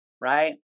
right